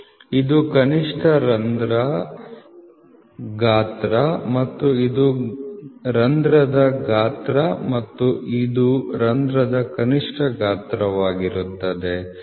ಇದು ಕನಿಷ್ಠ ರಂಧ್ರದ ಗಾತ್ರ ಮತ್ತು ಇದು ರಂಧ್ರದ ಗಾತ್ರ ಮತ್ತು ಇದು ರಂಧ್ರದ ಕನಿಷ್ಠ ಗಾತ್ರವಾಗಿರುತ್ತದೆ